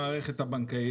למעשה.